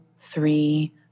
three